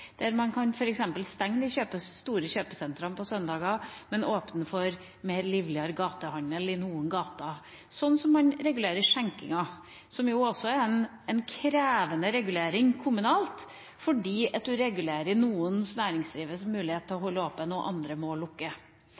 Man kan f.eks. stenge de store kjøpesentrene på søndager, men åpne for mer livlig gatehandel i noen gater, slik som man regulerer skjenkingen, som også er en krevende regulering kommunalt, fordi man regulerer noen næringsdrivendes mulighet til å holde åpent mens andre må lukke.